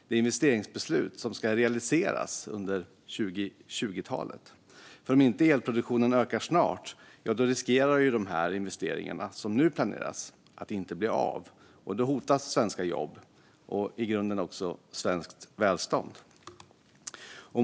Det är investeringsbeslut som ska realiseras under 2020-talet. Om inte elproduktionen ökar snart riskerar investeringarna som nu planeras att inte bli av. Då hotas svenska jobb och i grunden svenskt välstånd.